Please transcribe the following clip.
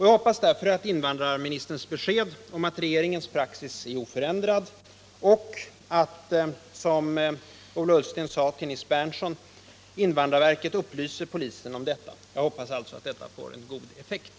Jag hoppas därför på invandrarministerns besked om att regeringens praxis är oförändrad och att, som Ola Ullsten sade till Nils Berndtson, invandrarverket upplyser polisen om detta. Jag hoppas alltså att detta får en god effekt.